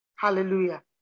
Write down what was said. Hallelujah